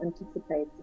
anticipate